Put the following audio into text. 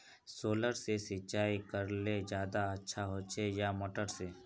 Solar से सिंचाई करले ज्यादा अच्छा होचे या मोटर से?